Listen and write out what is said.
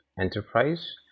enterprise